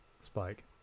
Spike